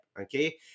okay